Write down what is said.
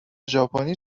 ژاپنی